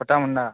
Pattamundai